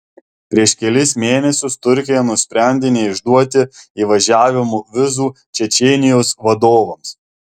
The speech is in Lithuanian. prieš kelis mėnesius turkija nusprendė neišduoti įvažiavimo vizų čečėnijos vadovams